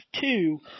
two